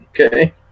Okay